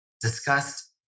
discussed